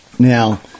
Now